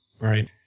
Right